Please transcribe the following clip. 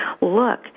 Look